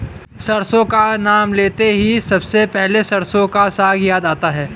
सरसों का नाम लेते ही सबसे पहले सरसों का साग याद आता है